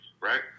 right